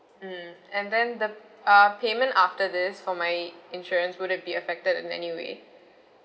mm and then the uh payment after this for my insurance would it be affected in any way